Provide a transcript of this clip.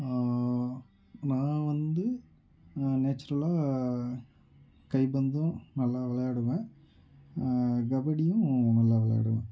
நான் வந்து நேச்சுரலாக கைப்பந்தும் நல்லா விளையாடுவேன் கபடியும் நல்லா விளையாடுவேன்